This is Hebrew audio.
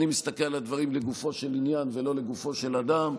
אני מסתכל על הדברים לגופו של עניין ולא לגופו של אדם.